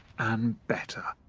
and better.